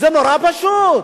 זה נורא פשוט.